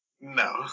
No